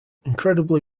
incredibly